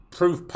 proof